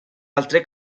altre